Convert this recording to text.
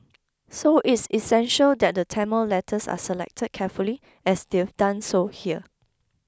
so it's essential that the Tamil letters are selected carefully as they've done so here